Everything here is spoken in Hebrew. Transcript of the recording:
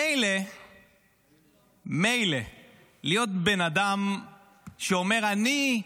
מילא להיות בן אדם שאומר: אני,